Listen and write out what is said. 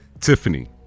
Tiffany